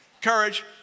courage